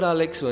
Alex